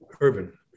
urban